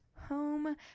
home